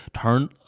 turn